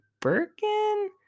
Birkin